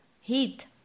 heat